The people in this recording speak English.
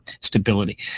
stability